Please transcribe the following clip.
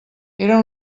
era